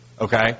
Okay